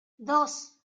dos